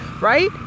right